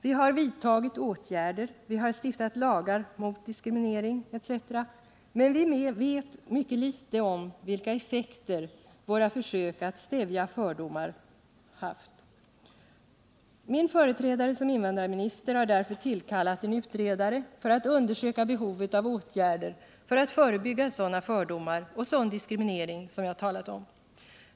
Vi har vidtagit åtgärder, vi har stiftat lagar mot diskriminering etc., men vi vet mycket litet om vilka effekter våra försök att stävja fördomar har fått. Min företrädare som invandrarminister har därför tillkallat en utredare för att undersöka behovet av åtgärder för att förebygga sådana fördomar och sådan diskriminering som jag talat om.